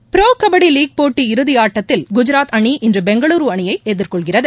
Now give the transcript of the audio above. bro kabaddi league போட்டி இறுதி ஆட்டத்தில் குஜராத் இன்று பெங்களுரு அணியை எதிர்கொள்கிறது